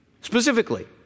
specifically